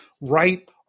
right